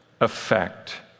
effect